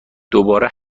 دوباره